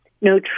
No